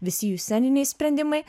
visi jų sceniniai sprendimai